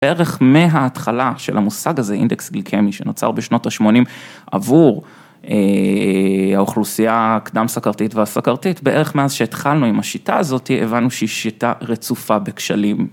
בערך מההתחלה של המושג הזה, אינדקס גליקמי, שנוצר בשנות ה-80 עבור האוכלוסייה הקדם סכרתית והסכרתית, בערך מאז שהתחלנו עם השיטה הזאתי, הבנו שהיא שיטה רצופה בכשלים.